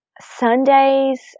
Sundays